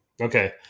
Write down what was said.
Okay